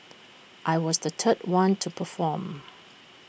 I was the third one to perform